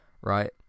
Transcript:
right